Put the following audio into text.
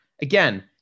Again